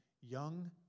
young